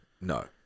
No